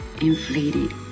inflated